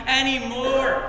anymore